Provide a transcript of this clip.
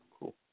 cool